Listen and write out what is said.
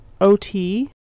OT